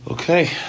Okay